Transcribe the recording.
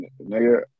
Nigga